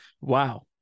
Wow